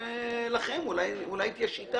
זו בדיוק האוכלוסיה